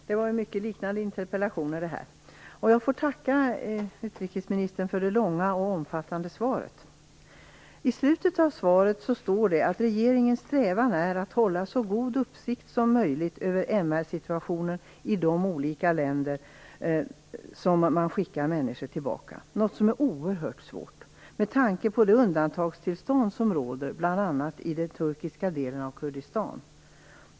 Fru talman! Jag får tacka utrikesministern för det långa och omfattande svaret. I slutet av svaret står det att regeringens strävan är att hålla så god uppsikt som möjligt över MR-situationen i de olika länder som man skickar människor tillbaka till, något som är oerhört svårt med tanke på det undantagstillstånd som råder bl.a. i den turkiska delen av Kurdistan.